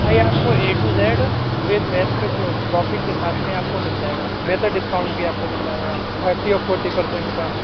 بھائی آپ کو A to Z with best profit کے ساتھ میں آپ کو مِل جائے گا بہتر ڈسکاؤنٹ بھی آپ کو مِل جائے گا تھرٹی اور فورٹی پرسینٹ کا